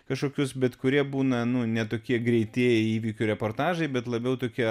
kažkokius bet kurie būna nu ne tokie greiti įvykių reportažai bet labiau tokie